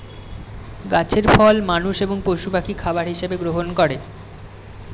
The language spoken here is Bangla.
গাছের ফল মানুষ এবং পশু পাখি খাবার হিসাবে গ্রহণ করে